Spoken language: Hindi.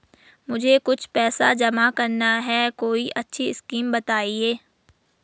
मुझे कुछ पैसा जमा करना है कोई अच्छी स्कीम बताइये?